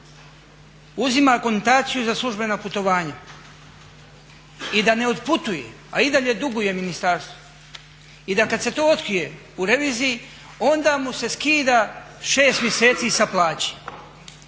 uzima akontaciju za službena putovanja i da ne otputuje, a i dalje duguje ministarstvu i da kad se to otkrije u reviziji onda mu se skida 6 mjeseci sa plaće,